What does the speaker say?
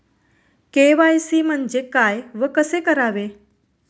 KYC म्हणजे काय व कसे करावे?